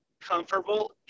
comfortable